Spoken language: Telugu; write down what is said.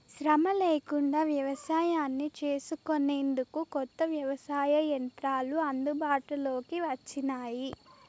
శ్రమ లేకుండా వ్యవసాయాన్ని చేసుకొనేందుకు కొత్త వ్యవసాయ యంత్రాలు అందుబాటులోకి వచ్చినాయి